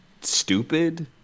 stupid